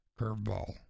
curveball